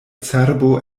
cerbo